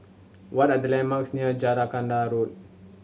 what are the landmarks near Jacaranda Road